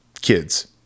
kids